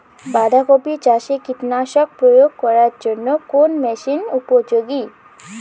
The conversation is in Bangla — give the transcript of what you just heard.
বাঁধা কপি চাষে কীটনাশক প্রয়োগ করার জন্য কোন মেশিন উপযোগী?